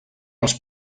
els